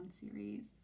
series